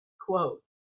quote